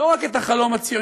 לא רק את החלום הציוני,